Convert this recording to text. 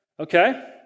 Okay